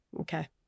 okay